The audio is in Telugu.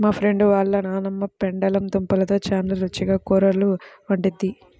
మా ఫ్రెండు వాళ్ళ నాన్నమ్మ పెండలం దుంపలతో చాలా రుచిగా కూరలు వండిద్ది